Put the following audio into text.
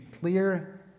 clear